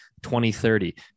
2030